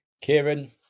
Kieran